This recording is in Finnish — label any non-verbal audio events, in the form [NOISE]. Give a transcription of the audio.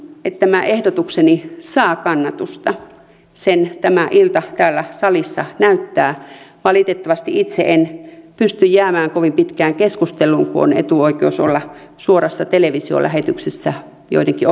että tämä ehdotukseni saa kannatusta sen tämä ilta täällä salissa näyttää valitettavasti itse en pysty jäämään kovin pitkään keskusteluun kun on etuoikeus olla suorassa televisiolähetyksessä joidenkin [UNINTELLIGIBLE]